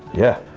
yeah.